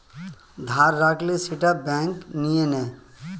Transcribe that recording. ধার রাখলে সেটা ব্যাঙ্ক নিয়ে নেয়